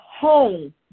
home